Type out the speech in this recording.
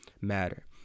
matter